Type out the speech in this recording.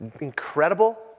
incredible